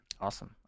Awesome